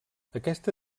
aquesta